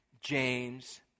James